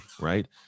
Right